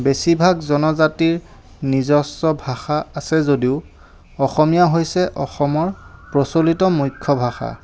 বেছিভাগ জনজাতিৰ নিজস্ব ভাষা আছে যদিও অসমীয়া হৈছে অসমৰ প্ৰচলিত মুখ্য ভাষা